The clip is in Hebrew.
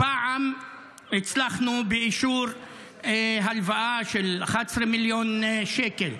פעם הצלחנו באישור הלוואה של 11 מיליון שקלים.